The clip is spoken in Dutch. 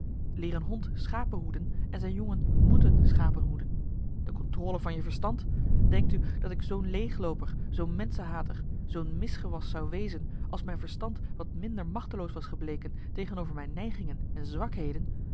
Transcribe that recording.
hond schapen hoeden en zijn jongen moeten schapen hoeden de contrôle van je verstand denkt u dat ik zoo'n leeglooper zoo'n menschenhater zoo'n misgewas zou wezen als mijn verstand wat minder machteloos was gebleken tegenover mijn neigingen en